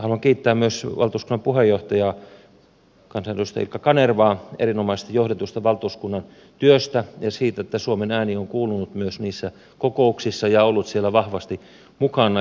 haluan kiittää myös valtuuskunnan puheenjohtajaa kansanedustaja ilkka kanervaa erinomaisesti johdetusta valtuuskunnan työstä ja siitä että suomen ääni on kuulunut myös niissä kokouksissa ja ollut siellä vahvasti mukana